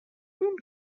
اون